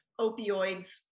opioids